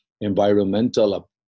environmental